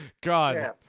God